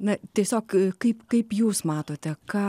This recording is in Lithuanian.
na tiesiog kaip kaip jūs matote ką